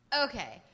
Okay